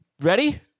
ready